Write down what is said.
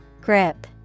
Grip